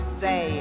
say